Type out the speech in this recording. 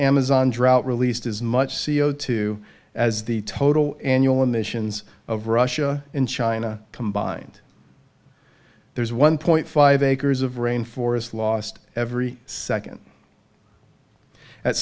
amazon drought released as much c o two as the total annual emissions of russia and china combined there is one point five acres of rain forest lost every second at